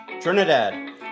Trinidad